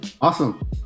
Awesome